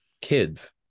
kids